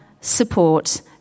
support